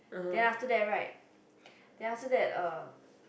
then after that right then after that uh